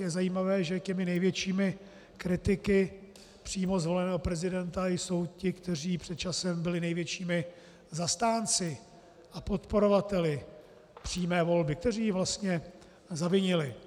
Je zajímavé, že největšími kritiky přímo zvoleného prezidenta jsou ti, kteří před časem byli největšími zastánci a podporovateli přímé volby, kteří ji vlastně zavinili.